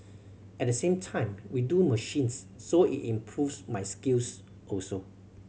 at the same time we do machines so it improves my skills also